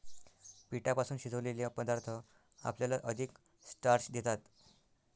पिठापासून शिजवलेले पदार्थ आपल्याला अधिक स्टार्च देतात